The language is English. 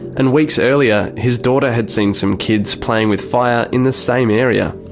and weeks earlier, his daughter had seen some kids playing with fire in the same area.